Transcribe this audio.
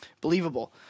believable